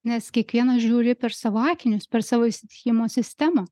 nes kiekvienas žiūri per savo akinius per savo įsitikinimo sistemą